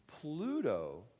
Pluto